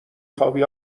خوابی